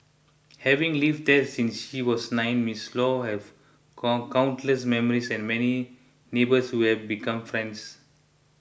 having lived there since she was nine Miss Law have countless memories and many neighbours who have become friends